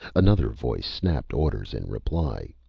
another voice snapped orders in reply.